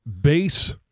base